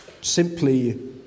simply